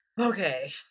okay